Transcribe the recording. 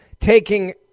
taking